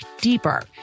deeper